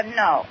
no